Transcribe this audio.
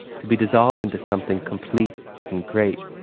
to be dissolved into something complete and great